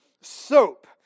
soap